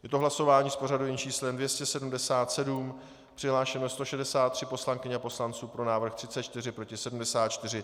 Je to hlasování s pořadovým číslem 277, přihlášeno je 163 poslankyň a poslanců, pro návrh 34, proti 74.